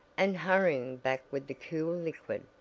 and hurrying back with the cool liquid.